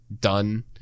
done